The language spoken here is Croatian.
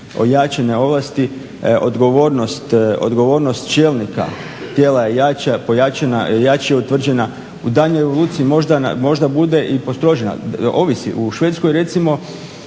ojačane ovlasti, odgovornost čelnika tijela je jača, pojačana, jače je utvrđena. U daljnjoj evoluciji možda bude i postrožena, ovisi. U Švedskoj recimo